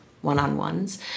one-on-ones